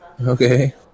Okay